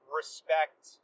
respect